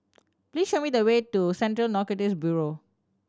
please show me the way to Central Narcotics Bureau